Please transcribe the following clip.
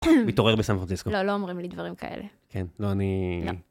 מתעורר בסן פרנסיסקו. לא לא אומרים לי דברים כאלה, כן לא אני.. לא